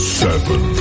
seven